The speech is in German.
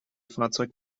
fahrzeug